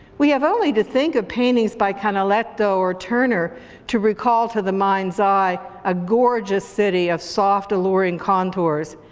we have only to think of paintings by canaletto or turner to recall to the mind's eye, a gorgeous city of soft, alluring contours,